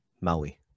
Maui